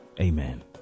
amen